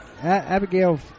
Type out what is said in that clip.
Abigail